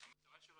שאומרים מה